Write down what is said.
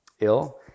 ill